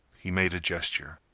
he made a gesture.